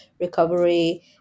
recovery